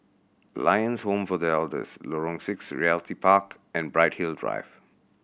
Lions Home for The Elders Lorong Six Realty Park and Bright Hill Drive